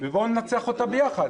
ובואו ננצח אותה ביחד.